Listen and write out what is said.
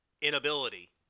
inability